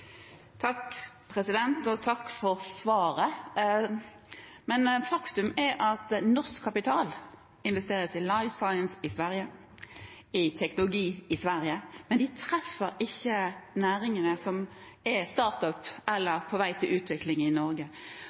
Takk for svaret. Faktum er at norsk kapital investeres i Life Science i Sverige, i teknologi i Sverige, men den treffer ikke næringene som er i «start-up» eller på vei til utvikling i Norge.